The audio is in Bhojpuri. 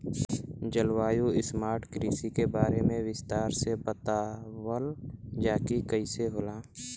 जलवायु स्मार्ट कृषि के बारे में विस्तार से बतावल जाकि कइसे होला?